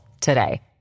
today